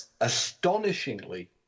astonishingly